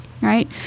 right